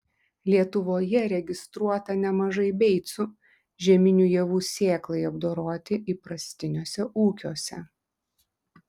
lietuvoje registruota nemažai beicų žieminių javų sėklai apdoroti įprastiniuose ūkiuose